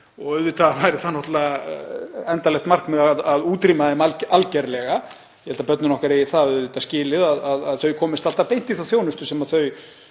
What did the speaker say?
og auðvitað væri það endanlegt markmið að útrýma þeim algerlega. Ég held að börnin okkar eigi það skili að þau komist alltaf beint í þá þjónustu sem þau